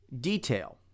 detail